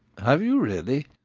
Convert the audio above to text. have you really?